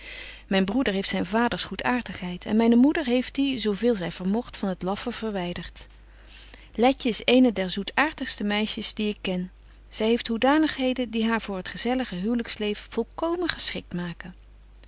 myn broeder heeft zyn vaders goedaartigheid en myne moeder heeft die zo veel zy vermogt van het laffe verwydert letje is eene der zoetaartigste meisjes die ik ken zy heeft hoedanigheden die haar voor het gezellige huwlyksleven volkomen geschikt maken